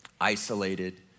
isolated